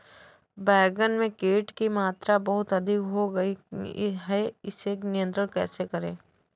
बैगन में कीट की मात्रा बहुत अधिक हो गई है इसे नियंत्रण कैसे करें?